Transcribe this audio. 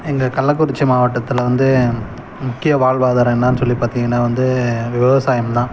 எங்கள் கள்ளக்குறிச்சி மாவட்டத்தில் வந்து முக்கிய வாழ்வாதாரம் என்னன்னு சொல்லி பார்த்தீங்கன்னா வந்து விவசாயம் தான்